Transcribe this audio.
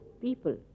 people